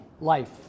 life